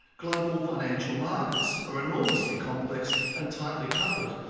global financial markets are enormously complex and tightly coupled,